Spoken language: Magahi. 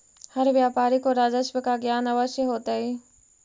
हर व्यापारी को राजस्व का ज्ञान अवश्य होतई